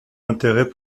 intérêt